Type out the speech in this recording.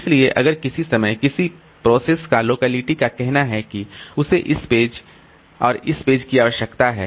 इसलिए अगर किसी समय किसी प्रोसेस का लोकेलिटी का कहना है कि उसे इस पेज इस पेज और इस पेज की आवश्यकता है